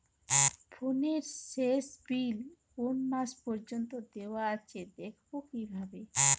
ফোনের শেষ বিল কোন মাস পর্যন্ত দেওয়া আছে দেখবো কিভাবে?